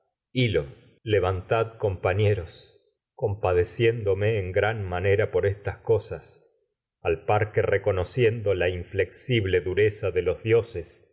hil lo levantad compañeros compadeciéndome en gran manera por estas cosas dureza al par que reconociendo que la inflexible de los dioses